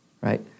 right